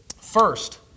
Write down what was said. First